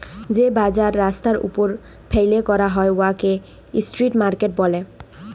যে বাজার রাস্তার উপর ফ্যাইলে ক্যরা হ্যয় উয়াকে ইস্ট্রিট মার্কেট ব্যলে